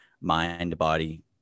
mind-body